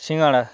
সিঙ্গাড়া